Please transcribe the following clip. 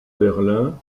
berlin